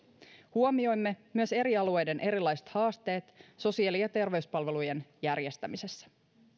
huomioimme myös eri alueiden erilaiset haasteet sosiaali ja terveyspalvelujen järjestämisessä